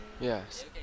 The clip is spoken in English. Yes